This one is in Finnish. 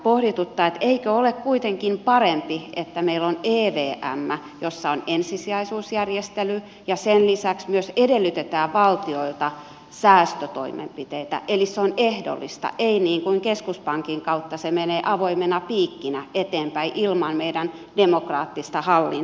pohdituttaa että eikö ole kuitenkin parempi että meillä on evm jossa on ensisijaisuusjärjestely ja sen lisäksi myös edellytetään valtioilta säästötoimenpiteitä eli se on ehdollista ei niin kuin keskuspankin kautta jolloin se menee avoimena piikkinä eteenpäin ilman meidän demokraattista hallintaa